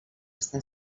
està